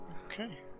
Okay